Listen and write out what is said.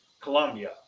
Colombia